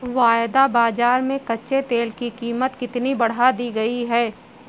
वायदा बाजार में कच्चे तेल की कीमत कितनी बढ़ा दी गई है?